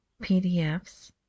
PDFs